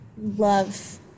love